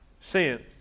Sin